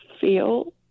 feel